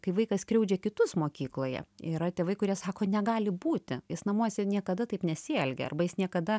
kai vaikas skriaudžia kitus mokykloje yra tėvai kurie sako negali būti jis namuose niekada taip nesielgia arba jis niekada